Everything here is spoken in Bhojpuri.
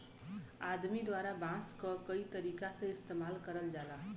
आदमी द्वारा बांस क कई तरीका से इस्तेमाल करल जाला